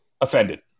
offended